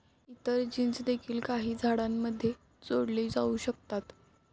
इतर जीन्स देखील काही झाडांमध्ये जोडल्या जाऊ शकतात